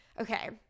Okay